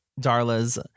Darla's